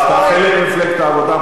אתה חלק ממפלגת העבודה,